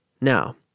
Now